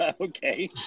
Okay